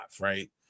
right